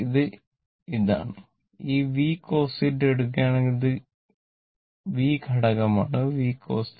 ഇത് ഇതാണ് ഈ v cos θ എടുക്കുകയാണെങ്കിൽ ഇത് x ഘടകമാണ് v cos is